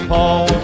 Paul